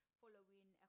following